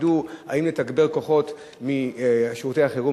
הם ידעו אם לתגבר כוחות משירותי החירום